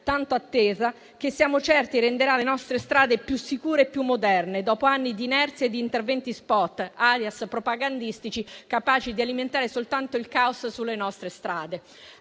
tanto attesa, che siamo certi renderà le nostre strade più sicure e più moderne dopo anni di inerzia e di interventi spot, *alias* propagandistici, capaci di alimentare soltanto il caos sulle nostre strade.